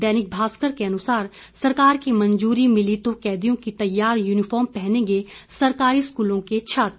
दैनिक भास्कर के अनुसार सरकार की मंजूरी मिली तो कैदियों की तैयार यूनिफार्म पहनेंगे सरकारी स्कूलों के छात्र